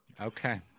okay